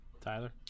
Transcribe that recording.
Tyler